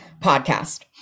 podcast